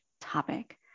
topic